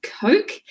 Coke